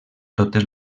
totes